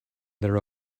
their